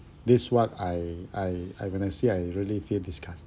this what I I I when I see I really feel disgust